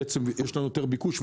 יש לנו יותר ביקוש,